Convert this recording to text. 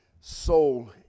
soul